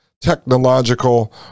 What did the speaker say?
technological